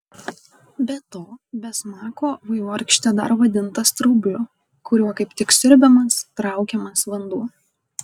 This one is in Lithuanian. be to be smako vaivorykštė dar vadinta straubliu kuriuo kaip tik siurbiamas traukiamas vanduo